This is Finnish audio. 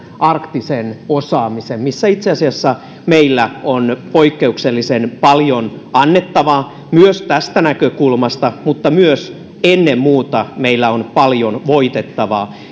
arktisen osaamisen missä itse asiassa meillä on poikkeuksellisen paljon annettavaa myös tästä näkökulmasta mutta myös ennen muuta meillä on paljon voitettavaa